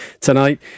tonight